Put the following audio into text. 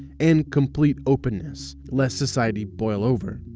and complete openness, lest society boil over.